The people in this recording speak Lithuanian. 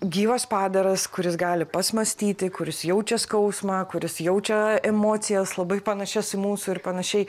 gyvas padaras kuris gali pats mąstyti kuris jaučia skausmą kuris jaučia emocijas labai panašias į mūsų ir panašiai